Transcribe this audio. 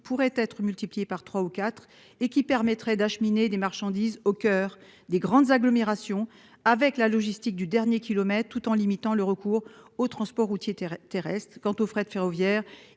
pourrait être multiplié par 3 ou 4 et qui permettrait d'acheminer des marchandises au coeur des grandes agglomérations avec la logistique du dernier kilomètre, tout en limitant le recours aux transports routiers terrestre quant au fret ferroviaire